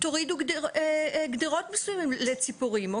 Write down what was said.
תורידו גדרות מסוימות לציפורים.